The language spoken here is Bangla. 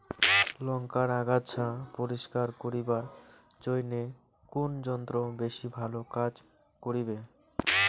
লংকার আগাছা পরিস্কার করিবার জইন্যে কুন যন্ত্র বেশি ভালো কাজ করিবে?